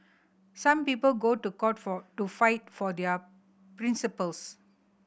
some people go to court for to fight for their principles